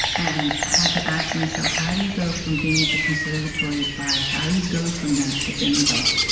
and i had to ask myself, how do you go from being at the conservatory at five? how do you go from that to bimbo?